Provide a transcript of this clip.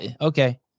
Okay